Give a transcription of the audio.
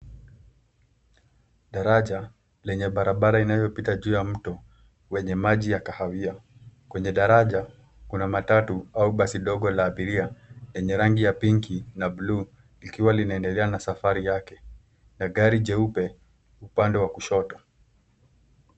Daraja lenye barabara inayopita juu ya mto wenye maji ya kahawia. Kwenye daraja, kuna matatu au basi dogo la abiria lenye rangi ya waridi na buluu likiwa linaendelea na safari yake na gari jeupe upande wa kushoto.